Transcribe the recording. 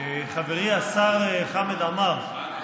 חברי השר חמד עמאר,